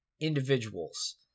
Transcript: individuals